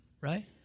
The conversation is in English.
right